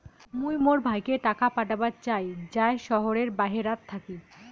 মুই মোর ভাইকে টাকা পাঠাবার চাই য়ায় শহরের বাহেরাত থাকি